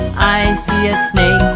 i see a so